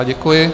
Děkuji.